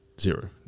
Zero